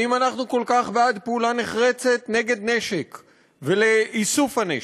ואם אנחנו כל כך בעד פעולה נחרצת נגד נשק ולאיסוף הנשק,